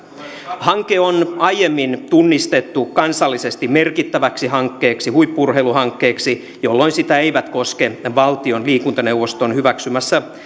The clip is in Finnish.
hanke on aiemmin tunnistettu kansallisesti merkittäväksi huippu urheiluhankkeeksi jolloin sitä eivät koske valtion liikuntaneuvoston hyväksymässä